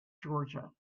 georgia